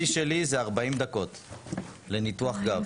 השיא שלי זה 40 דקות לניתוח גב.